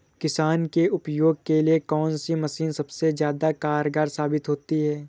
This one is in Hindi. किसान के उपयोग के लिए कौन सी मशीन सबसे ज्यादा कारगर साबित होती है?